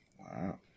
Wow